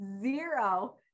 zero